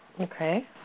Okay